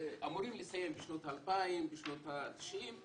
שאמורים היו לסיים בשנות ה-2000, בשנות ה-90',